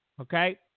Okay